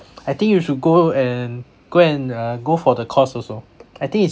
I think you should go and go and uh go for the course also I think it's